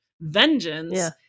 vengeance